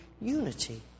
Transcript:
unity